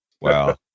Wow